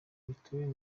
mituweli